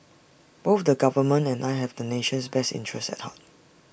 both the government and I have the nation's best interest at heart